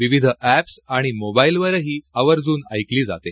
विविध ऍप्स आणि मोबाईलवरही आवर्जून ऐकली जाते